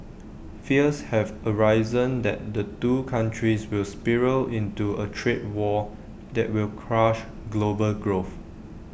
fears have arisen that the two countries will spiral into A trade war that will crush global growth